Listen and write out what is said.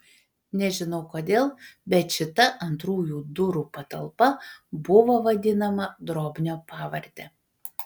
nežinau kodėl bet šita antrųjų durų patalpa buvo vadinama drobnio pavarde